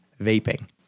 vaping